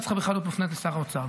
צריכה בכלל להיות מופנית לשר האוצר,